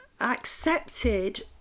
accepted